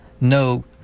no